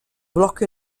blocco